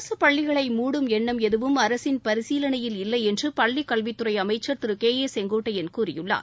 அரசுப் பள்ளிகளை மூடும் எண்ணம் எதுவும் அரசின் பரிசீலனையில் இல்லை என்று பள்ளி கல்வித்துறை அமைச்சர் திரு கே ஏ செங்கோட்டையன் கூறியுள்ளார்